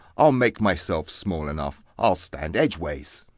i'll make myself small enough i'll stand edgeways.